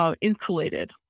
insulated